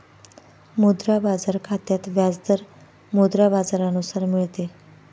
मुद्रा बाजार खात्यात व्याज दर मुद्रा बाजारानुसार मिळते